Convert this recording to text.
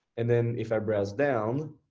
and then if i browse down,